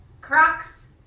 crocs